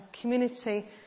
community